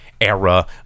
era